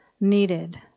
needed